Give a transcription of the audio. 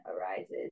arises